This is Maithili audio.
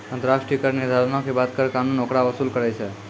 अन्तर्राष्ट्रिय कर निर्धारणो के बाद कर कानून ओकरा वसूल करै छै